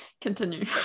Continue